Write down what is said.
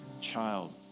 child